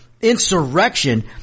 insurrection